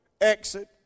exit